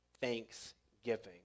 thanksgiving